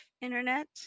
internet